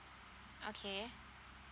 okay